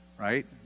right